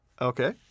Okay